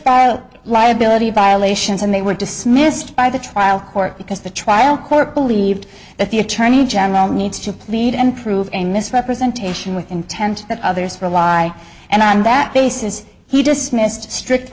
the liability violations and they were dismissed by the trial court because the trial court believed that the attorney general needs to plead and prove a misrepresentation with intent that others rely and on that basis he dismissed strict